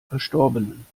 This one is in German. verstorbenen